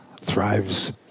thrives